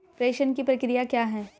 प्रेषण की प्रक्रिया क्या है?